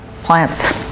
plants